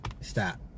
stop